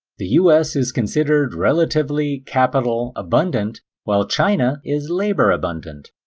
the us is considered relatively capital abundant while china is labor abundant.